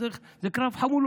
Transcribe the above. אז זה קרב חמולות,